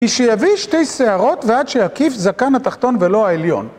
כי שיביא שתי שערות ועד שיקיף זקן התחתון ולא העליון.